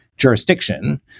jurisdiction